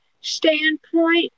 standpoint